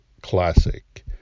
Classic